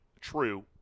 true –